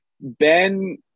ben